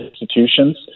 institutions